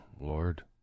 Lord